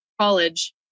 College